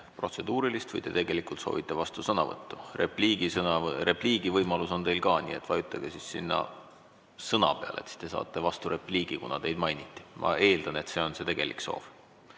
protseduurilist või te soovite vastusõnavõttu. Repliigi võimalus on teil ka, nii et vajutage sinna "Sõna" peale, siis te saate võimaluse vasturepliigiks, kuna teid mainiti. Ma eeldan, et see on see tegelik soov.